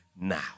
now